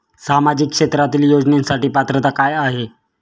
सामाजिक क्षेत्रांतील योजनेसाठी पात्रता काय आहे?